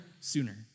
sooner